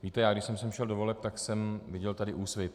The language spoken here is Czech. Víte, já když jsem sem šel do voleb, tak jsem viděl tady Úsvit.